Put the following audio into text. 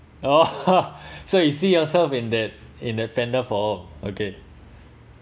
oh so you see yourself in that in the panda form okay